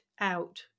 out